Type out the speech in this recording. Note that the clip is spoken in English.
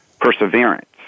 Perseverance